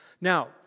Now